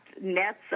nets